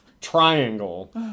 triangle